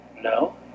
No